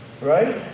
Right